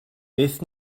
byth